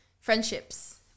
friendships